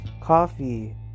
coffee